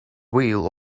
wheel